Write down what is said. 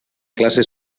classe